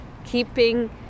keeping